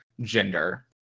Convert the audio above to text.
gender